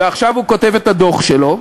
ועכשיו הוא כותב את הדוח שלו.